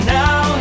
now